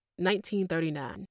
1939